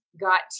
got